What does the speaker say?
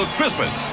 Christmas